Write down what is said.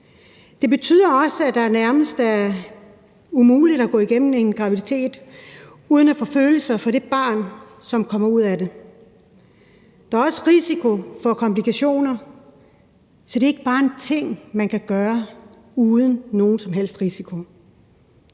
Det betyder også, at det nærmest er umuligt at gå igennem en graviditet uden at få følelser for det barn, som kommer ud af det. Der er også risiko for komplikationer, så det er ikke bare en ting, man kan gøre uden nogen som helst risiko.